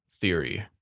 theory